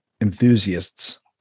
enthusiasts